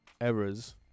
errors